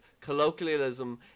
colloquialism